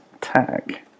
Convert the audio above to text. tag